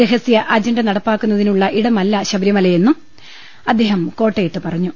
രഹസ്യ അജണ്ട നടപ്പാക്കുന്നതിനുള്ള ഇടമല്ല ശബ രിമലയെന്നും അദ്ദേഹം കോട്ടയത്ത് പറഞ്ഞു